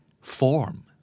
Form